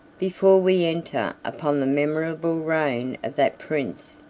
before we enter upon the memorable reign of that prince,